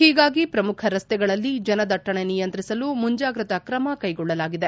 ಒೀಗಾಗಿ ಪ್ರಮುಖ ರಸ್ತೆಗಳಲ್ಲಿ ಜನದಟ್ಷಣೆ ನಿಯಂತ್ರಿಸಲು ಮುಂಜಾಗ್ರತ ಕ್ರಮ ಕೈಗೊಳ್ಳಲಾಗಿದೆ